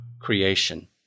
creation